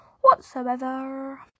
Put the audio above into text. whatsoever